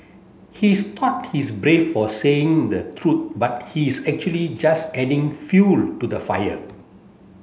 he's thought he's brave for saying the truth but he's actually just adding fuel to the fire